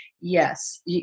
yes